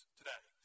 today